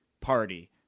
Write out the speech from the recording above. party